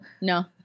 no